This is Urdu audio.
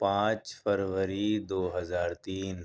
پانچ فروری دو ہزار تین